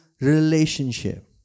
relationship